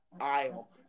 aisle